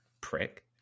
Prick